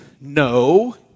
No